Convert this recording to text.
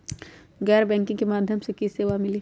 गैर बैंकिंग के माध्यम से की की सेवा मिली?